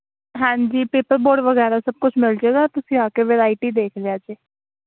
ਹਾਂਜੀ paper board ਵਗੈਰਾ ਸਭ ਕੁਛ ਮਿਲ ਜਾਵੇਗਾ ਤੁਸੀਂ ਆ ਕੇ ਵਰਾਇਟੀ ਦੇਖ ਲਿਆ ਜੇ